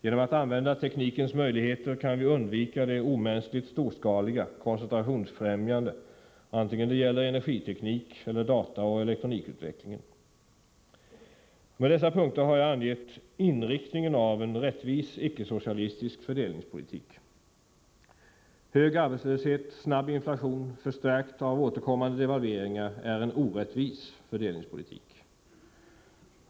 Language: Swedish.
Genom att använda teknikens möjligheter kan vi undvika det omänskligt storskaliga och koncentrationsfrämjande antingen det gäller energiteknik eller dataoch elektronikutveckling. Med dessa punkter har jag angett inriktningen av en rättvis ickesocialistisk fördelningspolitik. Hög arbetslöshet, snabb inflation, förstärkt av återkommande devalveringar, är en orättvis fördelningspolitik.